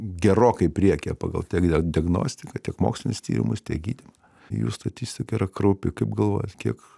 gerokai priekyje pagal tiek dia diagnostiką tiek mokslinius tyrimus tiek gydymą jų statistika yra kraupi kaip galvojat kiek